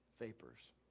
vapors